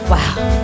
Wow